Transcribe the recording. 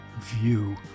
view